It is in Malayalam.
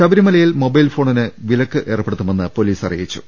ശബരിമലയിൽ മൊബൈൽഫോണിന് വിലക്കേർപ്പെടുത്തു മെന്ന് പൊലീസ് അറിയിച്ചു